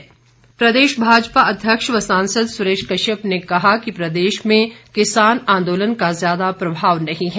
सुरेश कश्यप प्रदेश भाजपा अध्यक्ष व सांसद सुरेश कश्यप ने कहा कि प्रदेश में किसान आंदोलन का ज्यादा प्रभाव नहीं है